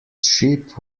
ship